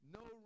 no